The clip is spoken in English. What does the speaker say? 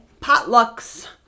Potlucks